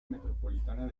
metropolitana